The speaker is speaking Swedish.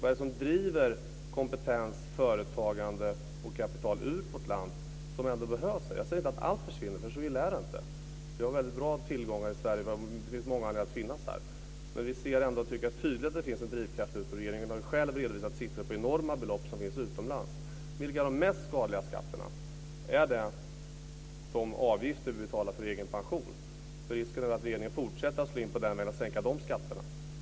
Vad är det som driver kompetens, företagande och kapital som behövs här ut ur vårt land? Jag säger inte att allt försvinner, för så illa är det inte. Vi har väldigt bra tillgångar i Sverige. Det finns många anledningar att finnas här. Men jag tycker ändå att vi tydligt kan se att det finns en drivkraft ut. Regeringen har ju själv redovisat siffror på enorma belopp som finns utomlands. Vilka är de mest skadliga skatterna? Är det de avgifter vi betalar för egen pension? Risken är väl att regeringen fortsätter att slå in på den linjen genom att sänka de skatterna.